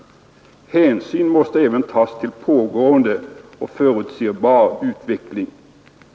Hänsyn måste även tas till pågående och förutsebar utveckling.